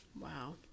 Wow